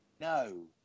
No